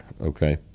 Okay